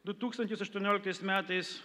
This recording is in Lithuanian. du tūkstantis aštuonioliktais metais